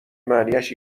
معنیاش